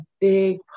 big